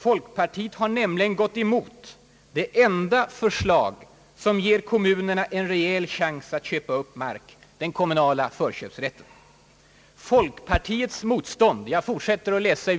Folkpartiet har nämligen gått emot det enda förslag som ger kommunerna en rejäl chans att köpa upp mark -— den kommunala förköpsrätten.